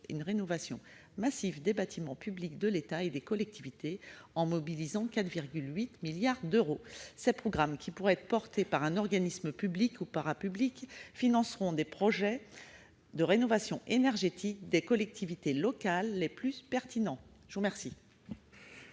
une rénovation massive des bâtiments publics de l'État et des collectivités en mobilisant 4,8 milliards d'euros ». Ils pourraient être portés par un organisme public ou parapublic, finançant les projets de rénovation énergétique des collectivités locales les plus pertinents. Quel